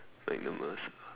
like a merc ah